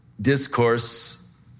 discourse